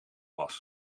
was